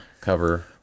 cover